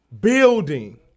building